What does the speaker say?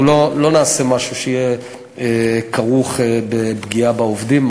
אנחנו לא נעשה משהו שיהיה כרוך בפגיעה בעובדים,